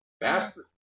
Bastard